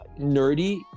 nerdy